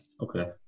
Okay